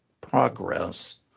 progress